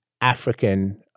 African